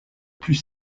plus